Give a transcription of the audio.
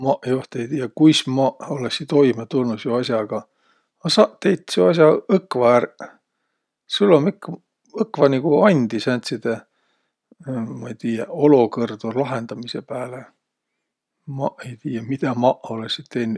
Maq joht ei tiiäq, kuis maq olõssiq toimõ tulnuq seo as'aga, a saq teit seo as'a õkva ärq. Sul um ik- õkva nigu andi sääntside, ma ei tiiäq, olokõrdo lahendamisõ pääle! Maq ei tiiäq, midä maq olõsiq tennüq.